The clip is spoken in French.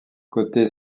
côté